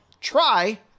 try